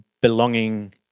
belonging